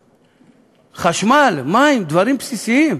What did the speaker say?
חשמל, מים, דברים בסיסיים.